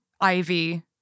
Ivy